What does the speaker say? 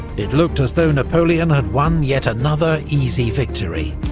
it looked as though napoleon had won yet another easy victory.